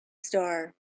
star